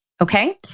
okay